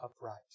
upright